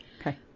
Okay